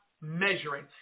measuring